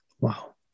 Wow